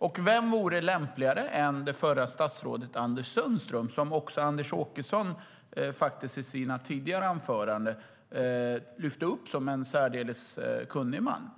Och vem vore lämpligare att göra detta än förra statsrådet Anders Sundström, som faktiskt även Anders Åkesson i sina tidigare inlägg lyfte upp som en särdeles kunnig man?